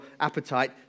appetite